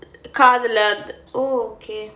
காதுல அது:kaathula athu oh okay